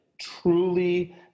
truly